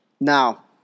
Now